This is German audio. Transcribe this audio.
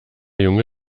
junge